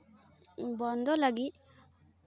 ᱵᱚᱱᱫᱚ ᱞᱟᱹᱜᱤᱫ